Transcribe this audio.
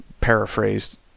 paraphrased